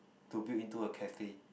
to build into a cafe